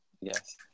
Yes